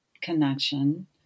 connection